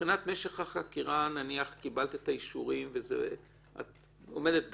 מבחינת משך החקירה נניח שקיבלת את האישורים ואת עומדת בתקן.